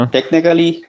Technically